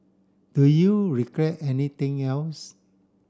do you regret anything else